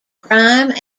crime